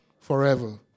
Forever